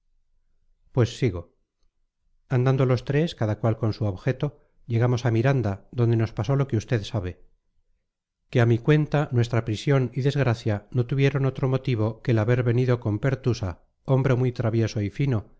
pues sigo andando los tres cada cual con su objeto llegamos a miranda donde nos pasó lo que usted sabe que a mi cuenta nuestra prisión y desgracia no tuvieron otro motivo que el haber venido con pertusa hombre muy travieso y fino